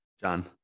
John